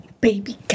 Baby